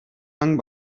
lang